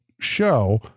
show